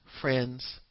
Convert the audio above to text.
friends